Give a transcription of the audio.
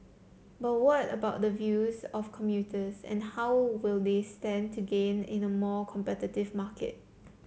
but what about the views of commuters and how will they stand to gain in a more competitive market